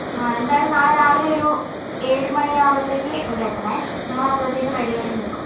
ആ എന്തായാലും നാളെ രാവില ഒരു ഏഴു മണി ആവുമ്പലത്തേക്ക് ഇവിടെ എത്തണേ ഞങ്ങളപ്പഴത്തേക്കു റെഡിയായിട്ടു നിക്കും